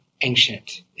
ancient